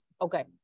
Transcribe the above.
Okay